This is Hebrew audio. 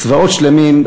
צבאות שלמים,